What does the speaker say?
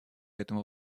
этому